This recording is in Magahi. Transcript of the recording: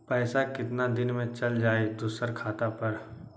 पैसा कितना दिन में चल जाई दुसर खाता पर?